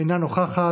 אינה נוכחת.